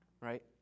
right